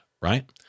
right